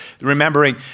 remembering